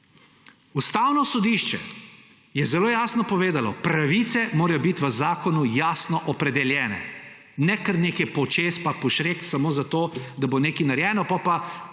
Ustavno sodišče je zelo jasno povedalo, pravice morajo biti v zakonu jasno opredeljene, ne kar nekaj počez samo zato, da bo nekaj narejeno. Potem